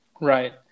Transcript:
Right